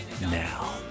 now